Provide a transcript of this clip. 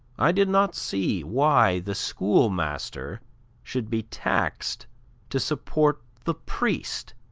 i did not see why the schoolmaster should be taxed to support the priest,